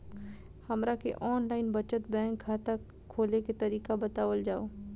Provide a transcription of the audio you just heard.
हमरा के online बचत बैंक खाता खोले के तरीका बतावल जाव?